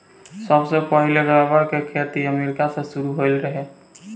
सबसे पहिले रबड़ के खेती अमेरिका से शुरू भईल रहे